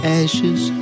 ashes